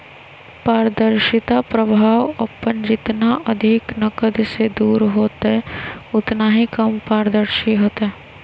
पारदर्शिता प्रभाव अपन जितना अधिक नकद से दूर होतय उतना ही कम पारदर्शी होतय